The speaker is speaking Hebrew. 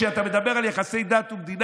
כשאתה מדבר על יחסי דת ומדינה,